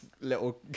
little